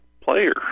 player